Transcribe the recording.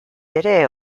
ere